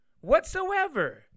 Whatsoever